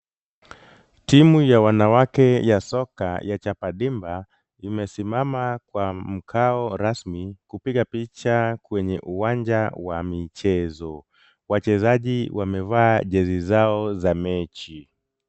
Timu ya wanawake ya soka ya chapadimba imesimama kwa mkao rasmi kupiga picha kwenye uwanja wa michezo .Wachezaji wamevaa jezi zao za mechi.